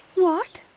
what?